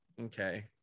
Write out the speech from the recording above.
okay